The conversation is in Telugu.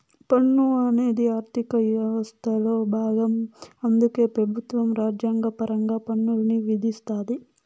పన్ను అనేది ఆర్థిక యవస్థలో బాగం అందుకే పెబుత్వం రాజ్యాంగపరంగా పన్నుల్ని విధిస్తాది